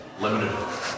limited